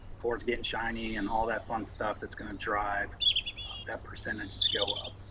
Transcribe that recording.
floors getting shiny and all that fun stuff, that's gonna drive that percentage to go up.